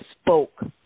spoke